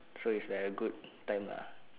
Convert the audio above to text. so it's very good time lah